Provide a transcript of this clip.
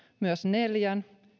myös neljän